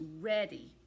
ready